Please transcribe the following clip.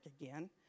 again